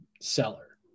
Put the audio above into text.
seller